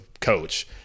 coach